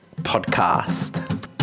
Podcast